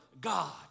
God